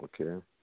Okay